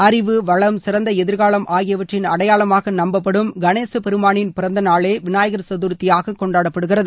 அறிவு வளம் சிறந்த எதிர்காவம் ஆகியவற்றின் அடையாளமாக நம்பப்படும் கணேச பெருமானின் பிறந்தநாளே விநாயகர் சதர்த்தியாக கொண்டாடப்படுகிறது